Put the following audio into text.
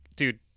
Dude